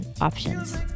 options